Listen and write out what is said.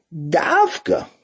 davka